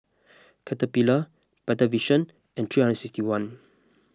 Caterpillar Better Vision and three hundred sixty one